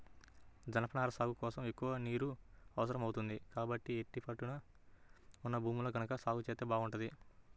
జనపనార సాగు కోసం ఎక్కువ నీరు అవసరం అవుతుంది, కాబట్టి యేటి పట్టున ఉన్న భూముల్లో గనక సాగు జేత్తే బాగుంటది